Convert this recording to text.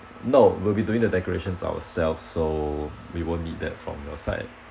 no we will be doing the decorations ourselves so we won't need that from your side